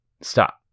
stop